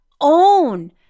Own